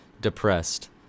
depressed